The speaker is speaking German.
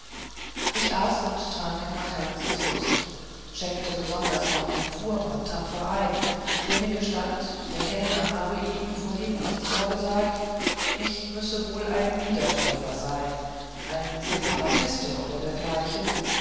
ich aß und trank nach herzenslust schenkte besonders auch dem fuhrmann tapfer ein der mir gestand der kellner habe ihm vorhin ins ohr gesagt ich müsse wohl ein wiedertäufer sein ein separatiste oder dergleichen